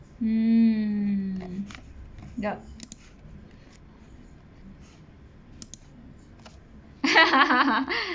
mm yup